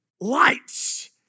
lights